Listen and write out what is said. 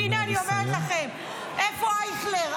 והינה, אני אומרת לכם, איפה אייכלר?